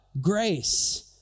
grace